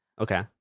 Okay